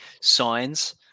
signs